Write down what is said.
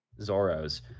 zoro's